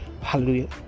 hallelujah